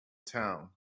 town